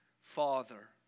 Father